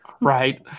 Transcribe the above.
right